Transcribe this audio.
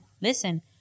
listen